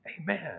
Amen